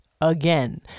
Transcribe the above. again